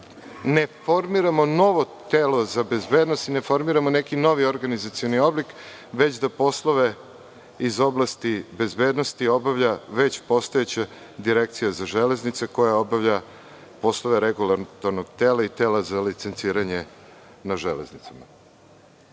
ne formiram novo telo za bezbednost i ne formiramo neki novi organizacioni oblik, već da poslove iz oblasti bezbednosti obavlja već postojeća Direkcija za železnice koja obavlja poslove regulatornog tela i tela za licenciranje na železnicama. Pozivam